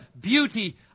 beauty